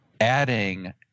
adding